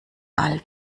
all